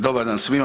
Dobar dan svima.